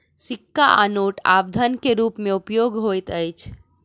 सिक्का आ नोट आब धन के रूप में उपयोग होइत अछि